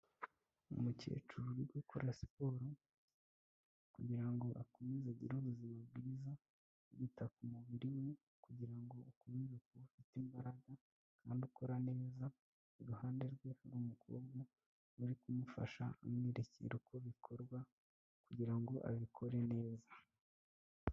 Umukecuru uri gukora siporo, kugira ngo akomeze agire ubuzima bwiza. Yita ku mubiri we kugira ngo ukomeze kuba ufite imbaraga kandi ukora neza. Iruhande rwe hari umukobwa urimo kumufasha, amwerekera uko bikorwa, kugira ngo abikore neza.